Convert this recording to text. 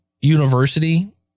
university